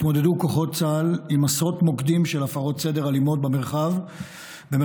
התמודדו כוחות צה"ל עם עשרות מוקדים של הפרות סדר אלימות במרחב איו"ש,